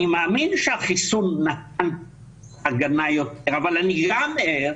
אני מאמין החיסון נתן הגנה יותר, אבל אני גם ער